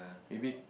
maybe